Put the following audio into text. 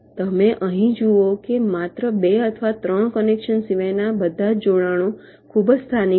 તમે અહીં જુઓ છો કે માત્ર 2 અથવા 3 કનેક્શન્સ સિવાયના જોડાણો ખૂબ જ સ્થાનિક છે